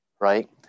Right